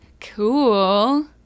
Cool